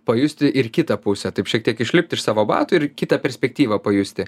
pajusti ir kitą pusę taip šiek tiek išlipt iš savo batų ir kitą perspektyvą pajusti